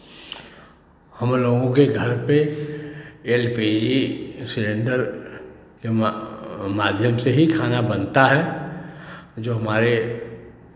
हम लोगों के घर पे एल पी जी सिलेंडर के माध्यम से ही खाना बनता है जो हमारे